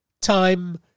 time